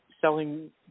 selling